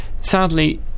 sadly